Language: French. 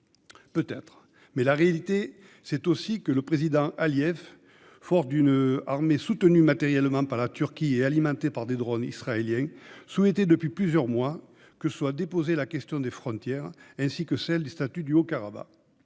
Peut-être ; mais la réalité, c'est aussi que le Président Aliyev, fort d'une armée soutenue matériellement par la Turquie et alimentée par des drones israéliens, souhaitait depuis plusieurs mois voir de nouveau posée la question des frontières et celle du statut du Haut-Karabagh.